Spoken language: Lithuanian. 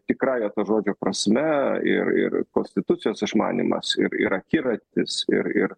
tikrąja to žodžio prasme ir ir konstitucijos išmanymas ir ir akiratis ir ir